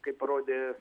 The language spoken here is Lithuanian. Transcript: kaip parodė